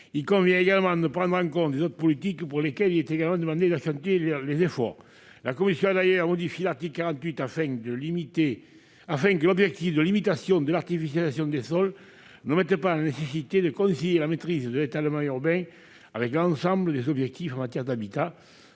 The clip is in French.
il convient également de prendre en compte les autres politiques pour lesquelles il est également demandé d'accentuer les efforts. La commission a d'ailleurs modifié l'article 48 afin que l'objectif de limitation de l'artificialisation des sols n'omette pas la nécessité de concilier la maîtrise de l'étalement urbain avec l'ensemble des objectifs en matière d'habitat,